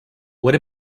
what